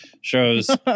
shows